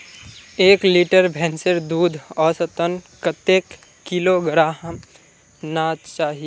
एक लीटर भैंसेर दूध औसतन कतेक किलोग्होराम ना चही?